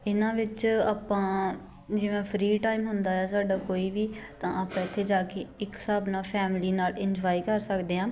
ਇਹਨਾਂ ਵਿੱਚ ਆਪਾਂ ਜਿਵੇਂ ਫਰੀ ਟਾਈਮ ਹੁੰਦਾ ਆ ਸਾਡਾ ਕੋਈ ਵੀ ਤਾਂ ਆਪਾਂ ਇੱਥੇ ਜਾ ਕੇ ਇੱਕ ਹਿਸਾਬ ਨਾਲ ਫੈਮਲੀ ਨਾਲ ਇੰਜੋਏ ਕਰ ਸਕਦੇ ਹਾਂ